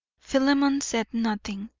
philemon said nothing.